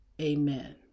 Amen